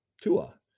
Tua